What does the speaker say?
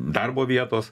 darbo vietos